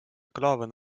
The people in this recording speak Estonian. klavan